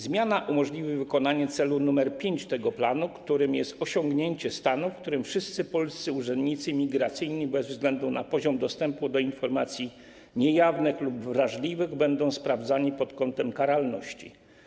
Zmiana umożliwi wykonanie celu nr 5 tego planu, którym jest osiągnięcie stanu, w którym wszyscy polscy urzędnicy imigracyjni bez względu na poziom dostępu do informacji niejawnych lub wrażliwych będą sprawdzani pod kątem karalności.